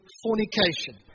fornication